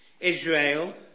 Israel